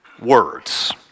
words